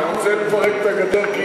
אתה רוצה לפרק את הגדר?